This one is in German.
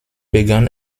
begann